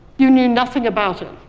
you knew nothing about it.